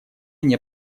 они